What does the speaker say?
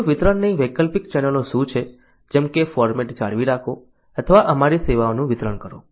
તો વિતરણની વૈકલ્પિક ચેનલો શું છે જેમ કે ફોર્મેટ જાળવી રાખો અથવા અમારી સેવાઓનું વિતરણ કરો